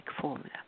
formula